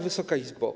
Wysoka Izbo!